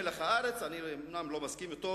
"מלח הארץ" אני אומנם לא מסכים אתו,